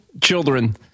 children